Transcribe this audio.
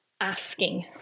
asking